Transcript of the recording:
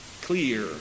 clear